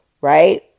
right